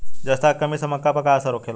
जस्ता के कमी से मक्का पर का असर होखेला?